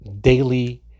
daily